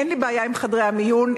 אין לי בעיה עם חדרי המיון,